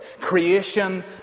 creation